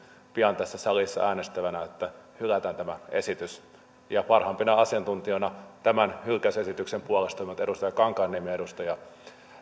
pian ole tässä salissa äänestettävänä yksimielinen esitys että hylätään tämä esitys ja parhaimpina asiantuntijoina tämän hylkäysesityksen puolesta ovat edustaja kankaanniemi ja edustaja